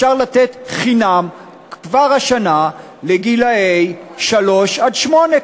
אפשר לתת חינם כבר השנה לגילאי שלוש שמונה,